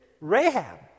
Rahab